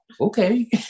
okay